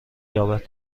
یابد